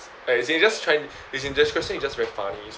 as in you just trying as in this question is just very funny